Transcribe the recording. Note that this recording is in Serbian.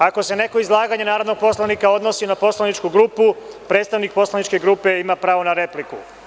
Ako se neko izlaganje narodnog poslanika odnosi na poslaničku grupu, predstavnik poslaničke grupe ima pravo na repliku.